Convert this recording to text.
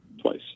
twice